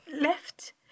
left